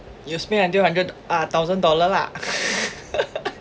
you spend until hundred uh thousand dollar lah